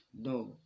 no